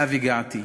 שאליו הגעתי.